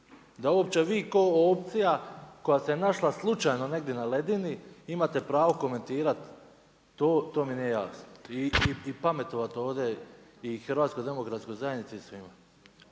Da uopće vi ko opcija, koja se našla slučajno negdje na ledini, imate pravo komentirati to, to mi nije jasno. I pametovati ovdje i HDZ-u i svima.